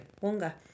Wonga